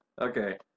Okay